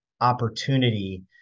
opportunity